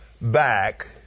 back